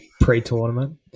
pre-tournament